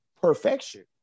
perfection